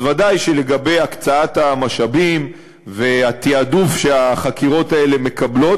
אז בוודאי שלגבי הקצאת המשאבים והתעדוף שהחקירות האלה מקבלות,